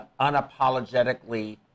unapologetically